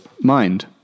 mind